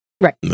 Right